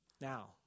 Now